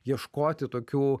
ieškoti tokių